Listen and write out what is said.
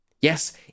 Yes